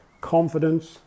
confidence